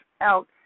out